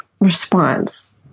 response